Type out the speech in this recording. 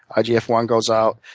i g f one goes out.